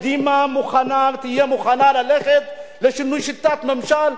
קדימה מוכנה ותהיה מוכנה ללכת לשינוי שיטת הממשל,